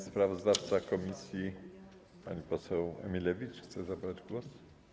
Sprawozdawca komisji pani poseł Emilewicz chce zabrać głos?